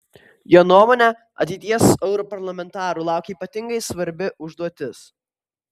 jo nuomone ateities europarlamentarų laukia ypatingai svarbi užduotis